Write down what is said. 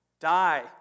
die